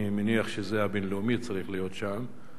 אני מניח שזה צריך להיות "הבין-לאומי".